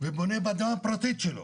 ובונה באדמה הפרטית שלו,